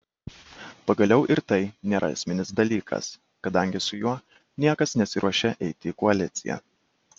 pagaliau ir tai nėra esminis dalykas kadangi su juo niekas nesiruošia eiti į koaliciją